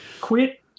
quit